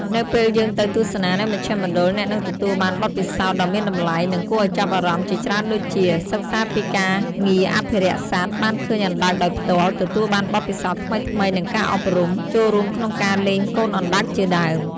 នៅពេលយើងទៅទស្សនានៅមជ្ឈមណ្ឌលអ្នកនឹងទទួលបានបទពិសោធន៍ដ៏មានតម្លៃ និងគួរឱ្យចាប់អារម្មណ៍ជាច្រើនដូចជា សិក្សាពីការងារអភិរក្សសត្វ បានឃើញអណ្ដើកដោយផ្ទាល់ ទទួលបានបទពិសោធន៍ថ្មីៗនឹងការអប់រំ ចូលរួមក្នុងការលែងកូនអណ្ដើកជាដើម ។